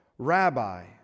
Rabbi